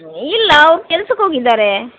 ಇಲ್ಲ ಅವ್ರು ಕೆಲ್ಸಕ್ಕೆ ಹೋಗಿದ್ದಾರೆ